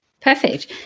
Perfect